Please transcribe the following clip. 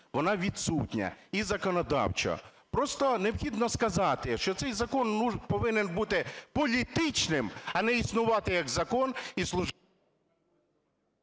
Вона відсутня, і законодавчо. Просто необхідно сказати, що цей закон повинен бути політичним, а не існувати як закон і…